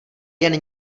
jen